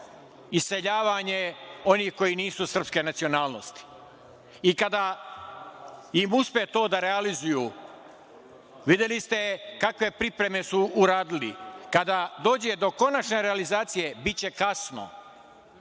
iseljavanje onih koji nisu srpske nacionalnosti. Kada im uspe to da realizuju, videli ste kakve pripreme su uradili. Kada dođe do konačne realizacije biće kasno. Oni